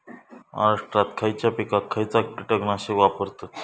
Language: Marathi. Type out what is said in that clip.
महाराष्ट्रात खयच्या पिकाक खयचा कीटकनाशक वापरतत?